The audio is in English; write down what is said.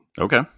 Okay